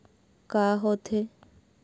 का होथे?